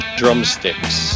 drumsticks